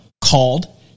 called